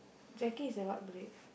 Jacky is what breed